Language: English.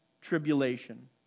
tribulation